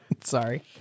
Sorry